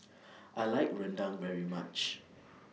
I like Rendang very much